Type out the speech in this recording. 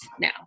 now